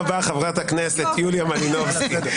תודה רבה, חברת הכנסת יוליה מלינובסקי.